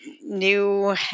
new